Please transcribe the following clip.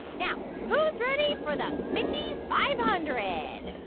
now, who's ready for the mindy five hundred? and but